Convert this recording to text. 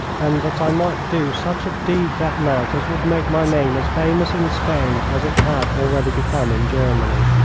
and that i might do such a deed that night as would make my name as famous in spain as it had already become in germany.